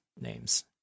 names